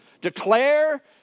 Declare